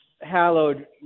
hallowed